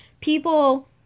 people